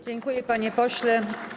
Dziękuję, panie pośle.